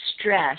stress